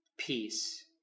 Peace